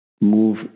move